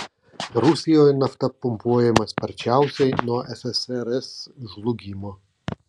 rusijoje nafta pumpuojama sparčiausiai nuo ssrs žlugimo